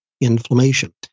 inflammation